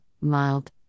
mild